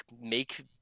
make